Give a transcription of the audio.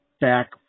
back